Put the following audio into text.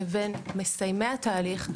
לבין מסיימי התהליך,